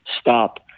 stop